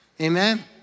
Amen